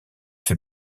fait